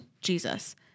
Jesus